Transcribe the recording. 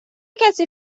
کسی